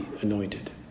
anointed